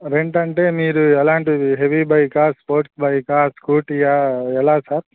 రెంటంటే మీరు ఎలాంటి హెవీ బైకా స్పోర్ట్స్ బైకా స్కూటీ ఆ ఎలా సార్